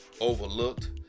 overlooked